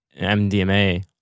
MDMA